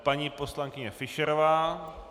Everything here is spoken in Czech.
Paní poslankyně Fischerová.